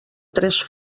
tres